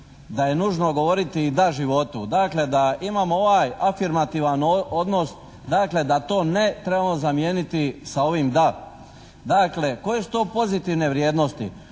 da je nužno govoriti da životu. Dakle da imamo ovaj afirmativan odnos da to ne trebamo zamijeniti sa ovim da. Koje su to pozitivne vrijednosti?